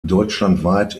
deutschlandweit